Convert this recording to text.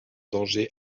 danger